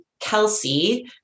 Kelsey